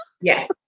Yes